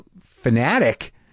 fanatic